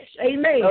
amen